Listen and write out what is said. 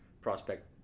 prospect